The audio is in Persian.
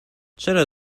چرا